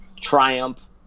Triumph